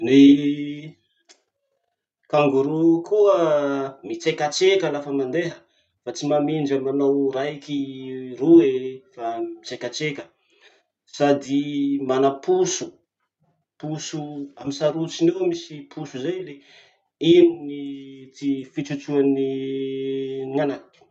Ny kangoroo koa mitrekatreka lafa mandeha fa tsy mamindra manao raiky roe fa mitrekatreka sady mana poso, poso, amy sarotsony eo misy poso zay le iny ny tsy- fitrotroan'ny gn'anakiny.